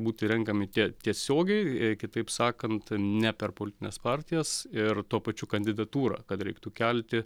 būti renkami tie tiesiogiai jei kitaip sakant ne per politines partijas ir tuo pačiu kandidatūrą kad reiktų kelti